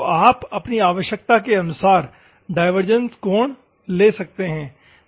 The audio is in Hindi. तो आप अपनी आवश्यकता के अनुसार डाइवर्जेंस कोण ले सकते हैं